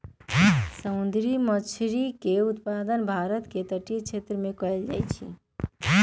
समुंदरी मछरी के उत्पादन भारत के तटीय क्षेत्रमें कएल जाइ छइ